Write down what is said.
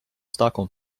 stockholm